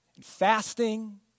fasting